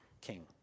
king